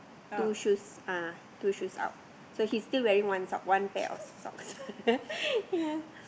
two shoes uh two shoes out so he's still wearing one sock one pair of socks ya